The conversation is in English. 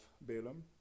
Balaam